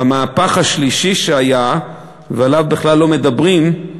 והמהפך השלישי שהיה, ועליו בכלל לא מדברים,